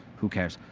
who cares.